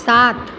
सात